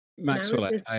Maxwell